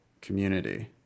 community